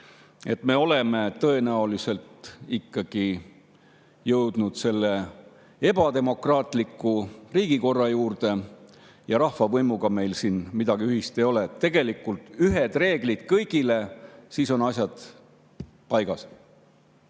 –, me oleme tõenäoliselt ikkagi jõudnud ebademokraatliku riigikorra juurde ja rahvavõimuga siin midagi ühist ei ole. Tegelikult, kui on ühed reeglid kõigile, siis on asjad paigas.